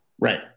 right